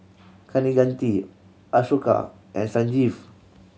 Kaneganti Ashoka and Sanjeev